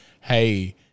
Hey